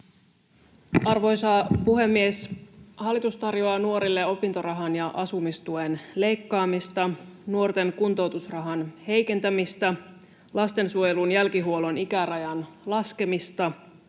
Arvoisa puhemies! Hallitus tarjoaa nuorille opintorahan ja asumistuen leikkaamista, nuorten kuntoutusrahan heikentämistä, lastensuojelun jälkihuollon ikärajan laskemista,